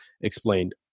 explained